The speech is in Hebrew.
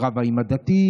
היא רבה עם הדתיים,